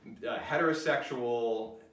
heterosexual